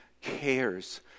cares